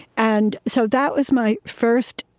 and so that was my first,